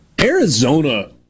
Arizona